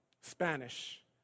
Spanish